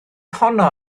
honno